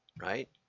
right